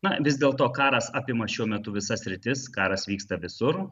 na vis dėlto karas apima šiuo metu visas sritis karas vyksta visur